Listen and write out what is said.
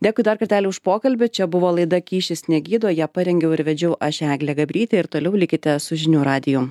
dėkui dar kartelį už pokalbį čia buvo laida kyšis negydo ją parengiau ir vedžiau aš eglė gabrytė ir toliau likite su žinių radiju